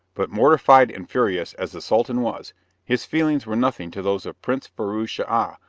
but mortified and furious as the sultan was, his feelings were nothing to those of prince firouz schah,